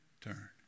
turn